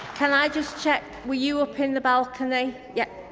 can i just check, were you up in the balcony? yes?